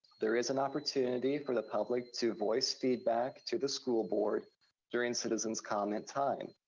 there is an opportunity for the public to voice feedback to the school board during citizens' comment time.